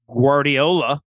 Guardiola